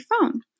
phone